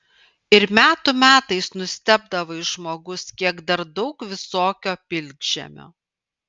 ir metų metais nustebdavai žmogus kiek dar daug visokio pilkžemio